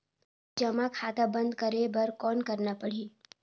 जमा खाता बंद करे बर कौन करना पड़ही?